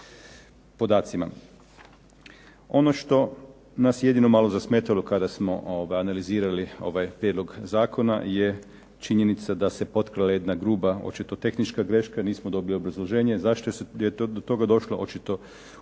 podacima. Ono što nas je jednino malo zasmetalo kada smo analizirali ovaj prijedlog zakona je činjenica da se potkrala jedna gruba očito tehnička greška jer nismo dobili obrazloženje zašto je do toga došlo, očito u